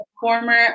former